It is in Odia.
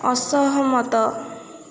ଅସହମତ